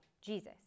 Jesus